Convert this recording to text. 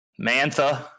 Mantha